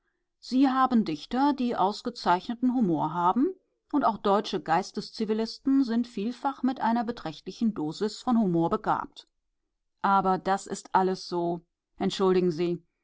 sie haben dichter die ausgezeichneten humor haben und auch deutsche geisteszivilisten sind vielfach mit einer beträchtlichen dosis von humor begabt aber das ist alles so entschuldigen sie